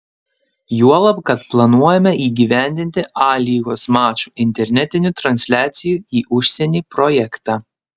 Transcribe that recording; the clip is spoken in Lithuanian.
juolab kad planuojame įgyvendinti a lygos mačų internetinių transliacijų į užsienį projektą